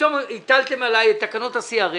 פתאום הטלתם עלי את תקנות ה-CRS.